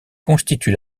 constitue